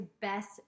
best